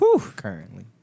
currently